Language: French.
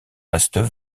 restent